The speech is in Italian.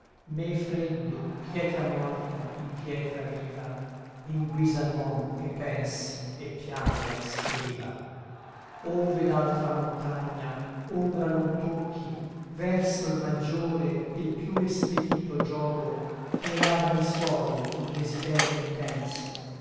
me freddo pietra morta in pietra viva in guisa d'uom che pensi et pianga et scriva ove d'altra montagna ombra non tocchi verso l maggiore e l piú expedito giogo tirar mi suol un desiderio intenso